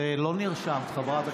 זה לא נרשם, חברת הכנסת וסרמן.